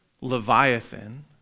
Leviathan